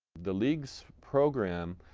the league's program,